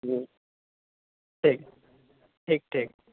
جی ٹھیک ٹھیک ٹھیک